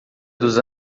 dos